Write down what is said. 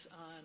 on